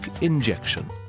injection